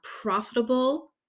profitable